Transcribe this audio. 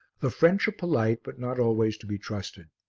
the french are polite, but not always to be trusted.